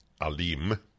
Alim